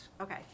Okay